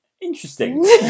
Interesting